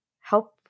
help